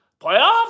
Playoffs